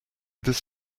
this